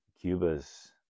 Cuba's